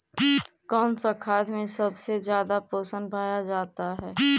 कौन सा खाद मे सबसे ज्यादा पोषण पाया जाता है?